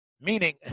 meaning